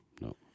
No